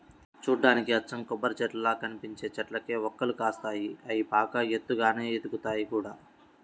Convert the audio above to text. చూడ్డానికి అచ్చం కొబ్బరిచెట్టుల్లా కనిపించే చెట్లకే వక్కలు కాస్తాయి, అయ్యి బాగా ఎత్తుగానే ఎదుగుతయ్ గూడా